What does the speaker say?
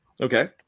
okay